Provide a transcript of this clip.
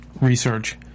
research